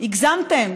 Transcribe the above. הגזמתם,